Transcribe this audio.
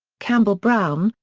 campbell-brown,